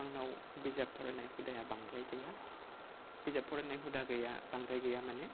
आंनाव बिजाब फरायनाय हुदाया बांद्राय गैया बिजाब फरायनाय हुदा गैया बांद्राय गैया माने